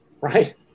Right